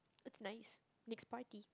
it's nice next party